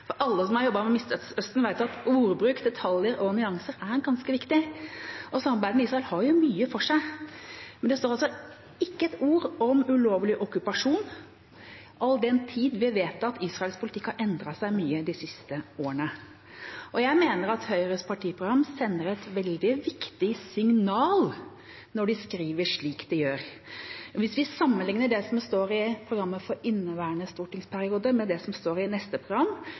Alle som har jobbet med Midtøsten, vet at ordbruk, detaljer og nyanser er ganske viktig. Samarbeidet med Israel har mye for seg, men det står altså ikke ett ord om ulovlig okkupasjon, all den tid vi vet at Israels politikk har endret seg mye de siste årene. Jeg mener at Høyres partiprogram sender et veldig viktig signal når det skrives slik det gjør. Hvis vi sammenlikner det som står i programmet for inneværende stortingsperiode, med det som står i neste program,